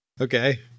Okay